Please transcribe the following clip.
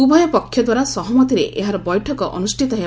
ଉଭୟ ପକ୍ଷଦ୍ୱାରା ସହମତିରେ ଏହାର ବୈଠକ ଅନୁଷ୍ଠିତ ହେବ